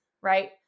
right